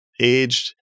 aged